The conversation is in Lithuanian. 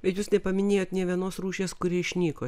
bet jūs nepaminėjot nė vienos rūšies kuri išnyko